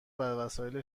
وسایل